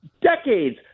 decades